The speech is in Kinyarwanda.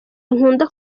nkunda